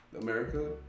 America